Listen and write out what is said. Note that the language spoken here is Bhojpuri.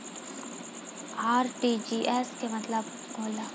आर.टी.जी.एस के का मतलब होला?